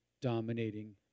dominating